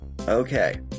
Okay